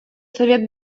совет